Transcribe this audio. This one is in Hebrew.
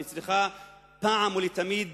היא צריכה אחת ולתמיד